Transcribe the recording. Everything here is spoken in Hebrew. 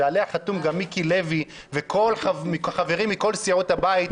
ועליה חתום גם מיקי לוי וכל החברים מכל סיעות הבית,